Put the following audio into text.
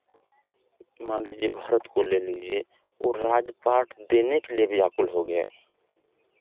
मान लीजिए भरत को ले लिजिए वो राजपाट देने के लिए व्याकुल हो गए